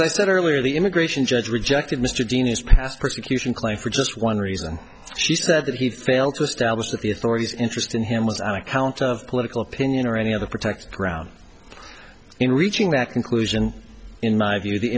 as i said earlier the immigration judge rejected mr dean is past persecution claim for just one reason she said that he failed to establish that the authorities interest in him was on account of political opinion or any other protect ground in reaching that conclusion in my view the